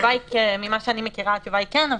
ממה שאני מכירה, התשובה היא כן.